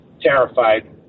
terrified